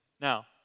Now